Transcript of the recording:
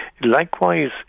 Likewise